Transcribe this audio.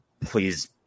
please